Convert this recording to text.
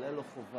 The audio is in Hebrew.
אבל אין לו חובה.